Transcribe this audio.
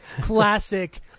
Classic